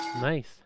Nice